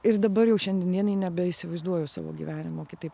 ir dabar jau šiandien dienai nebeįsivaizduoju savo gyvenimo kitaip